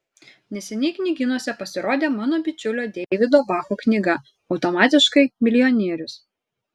neseniai knygynuose pasirodė mano bičiulio deivido bacho knyga automatiškai milijonierius